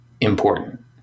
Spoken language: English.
important